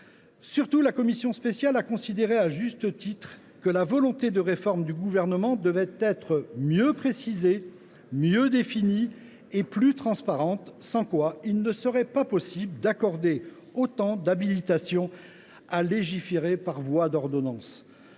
Surtout, la commission spéciale a considéré à juste titre que la volonté de réforme du Gouvernement devait être mieux précisée, mieux définie et plus transparente, sans quoi il ne serait pas possible de lui accorder autant d’habilitations à légiférer par voie d’ordonnance.